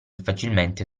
facilmente